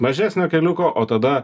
mažesnio keliuko o tada